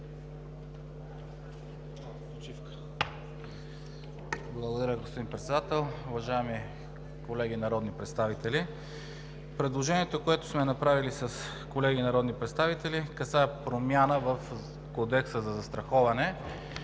Благодаря, господин Председател. Уважаеми колеги народни представители, предложението, което сме направили с колеги народни представители, касае промяна в Кодекса за застраховането